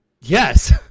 Yes